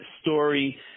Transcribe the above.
story